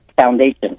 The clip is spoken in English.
Foundation